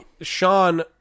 Sean